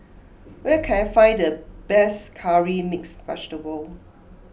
where can I find the best Curry Mixed Vegetable